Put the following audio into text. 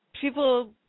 People